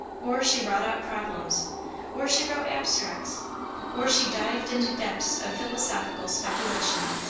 or she wrought out problems or she wrote abstracts or she dived into depths of philosophical speculation.